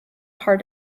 heart